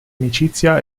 amicizia